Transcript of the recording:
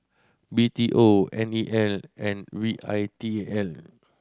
B T O N E L and V I T A L